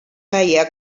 feia